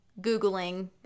Googling